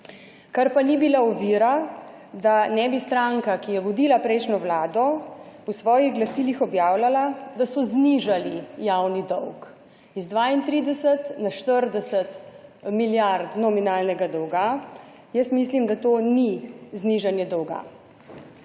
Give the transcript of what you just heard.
kar pa ni bila ovira, da ne bi stranka, ki je vodila prejšnjo vlado, v svojih glasilih objavljala, da so znižali javni dolg iz 32 na 40 milijard nominalnega dolga, jaz mislim, da to ni znižanje dolga.